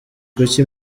kuki